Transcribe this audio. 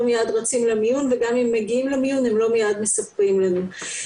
מיד רצים למיון וגם אם הם מגיעים למיון הם לא מיד מספרים לנו.